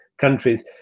countries